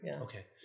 Okay